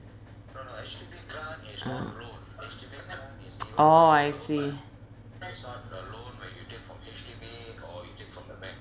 orh I see